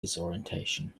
disorientation